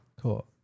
Cool